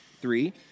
three